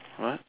what